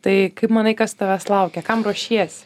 tai kaip manai kas tavęs laukia kam ruošiesi